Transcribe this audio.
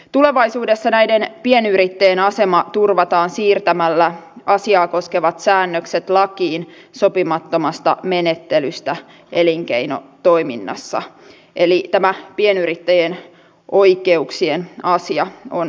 tulevaisuudessa näiden pienyrittäjien asema turvataan siirtämällä asiaa koskevat säännökset lakiin sopimattomasta menettelystä elinkeinotoiminnassa eli tämä pienyrittäjien oikeuksien asia on huomioitu